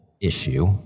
Issue